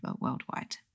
worldwide